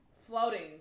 floating